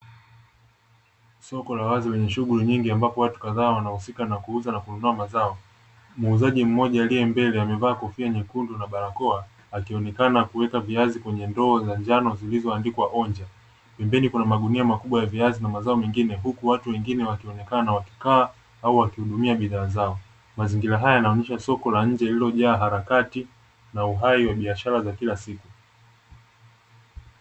Soko la wazi kwenye shughuli nyingi ambapo watu kadhaa wanaohusika na kuuza na kununua mazao muuzaji mmoja aliye mbele amevaa kofia nyekundu na barakoa akionekana kuweka viazi kwenye ndoo za njano zilizoandikwa "onja", pembeni kuna magunia makubwa ya viazi na mazao mengine huku watu wengine wakionekana wakikaa au wakihudumia bidhaa zao mazingira haya yanaonyesha soko la nje na uhai wa biashara za kila siku.